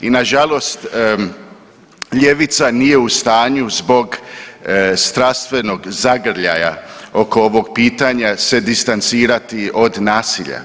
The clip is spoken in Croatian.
I nažalost ljevica nije u stanju zbog strastvenog zagrljaja oko ovog pitanja se distancirati od nasilja.